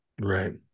Right